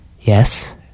Yes